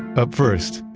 up first,